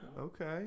okay